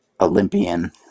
Olympian